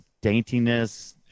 daintiness